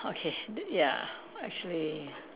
okay ya actually